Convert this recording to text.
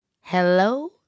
Hello